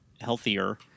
healthier